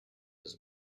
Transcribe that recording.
his